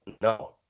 No